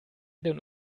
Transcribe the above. den